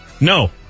No